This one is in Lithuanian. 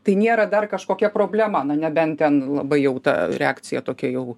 tai nėra dar kažkokia problema na nebent ten labai jau ta reakcija tokia jau